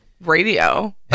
radio